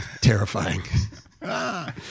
Terrifying